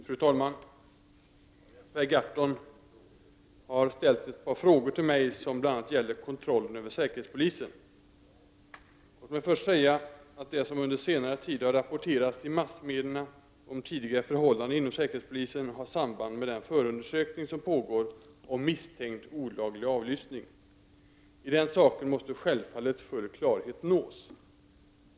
Fru talman! Per Gahrton har ställt ett par frågor till mig som gäller bl.a. kontrollen över säkerhetspolisen. Låt mig först säga att det som under senare tid har rapporterats i massmedierna om tidigare förhållanden inom säkerhetspolisen har samband med den förundersökning som pågår om misstänkt olaglig avlyssning. I den saken måste självfallet full klarhet nås.